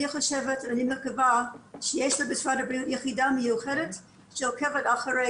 אני מקווה שיש למשרד הבריאות יחידה מיוחדת שעוקבת אחרי